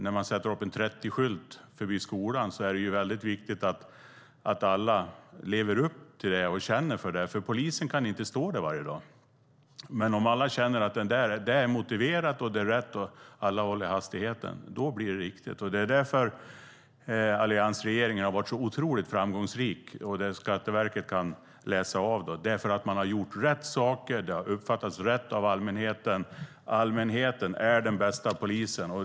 När man sätter upp en 30-skylt vid skolan är det viktigt att alla lever upp till det och känner för det, för polisen kan inte stå där varje dag. Men om alla känner att det är motiverat och rätt och om alla håller hastigheten blir det riktigt. Det är därför alliansregeringen har varit så otroligt framgångsrik, och Skatteverket har noterat detta. Rätt saker har gjorts, och de har uppfattats på rätt sätt av allmänheten. Allmänheten är den bästa polisen.